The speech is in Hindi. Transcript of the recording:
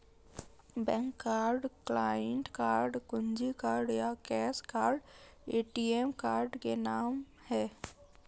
बैंक कार्ड, क्लाइंट कार्ड, कुंजी कार्ड या कैश कार्ड ए.टी.एम कार्ड के नाम है